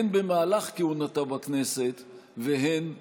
הן במהלך כהונתו בכנסת והן לאחריה.